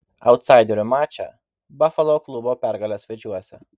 autsaiderių mače bafalo klubo pergalė svečiuose